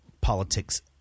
politics